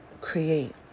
create